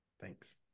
Thanks